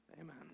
amen